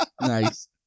Nice